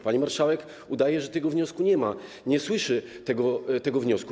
Pani marszałek udaje, że tego wniosku nie ma, nie słyszy tego wniosku.